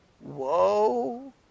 Whoa